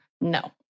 No